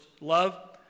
love